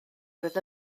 oedd